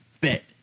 bet